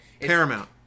Paramount